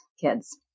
kids